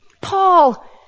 Paul